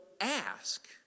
ask